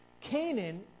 Canaan